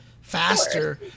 faster